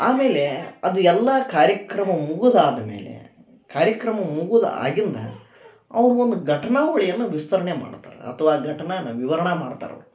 ಆಮೇಲೆ ಅದು ಎಲ್ಲ ಕಾರ್ಯಕ್ರಮ ಮುಗಿದ್ ಆದಮೇಲೆ ಕಾರ್ಯಕ್ರಮ ಮುಗಿದ್ ಆಗಿಂದ ಅವರು ಒಂದು ಘಟನಾವಳಿಯನ್ನು ವಿಸ್ತರಣೆ ಮಾಡ್ತಾರೆ ಅಥವಾ ಘಟನೇನ ವಿವರಣ ಮಾಡ್ತಾರ ಅವರು